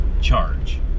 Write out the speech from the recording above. charge